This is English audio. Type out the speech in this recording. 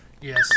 Yes